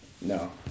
no